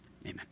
amen